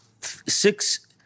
six